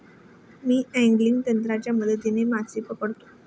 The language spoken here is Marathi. मी अँगलिंग तंत्राच्या मदतीने मासे पकडतो